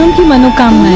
and come